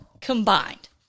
combined